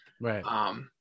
Right